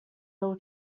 ill